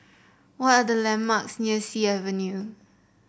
what are the landmarks near Sea Avenue